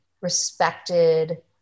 respected